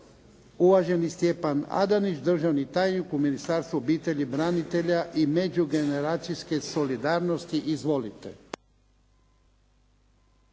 Uvaženi Stjepan Adanić, državni tajnik u Ministarstvu obitelji, branitelja i međugeneracijske solidarnosti. Izvolite.